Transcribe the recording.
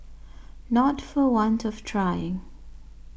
not for want of trying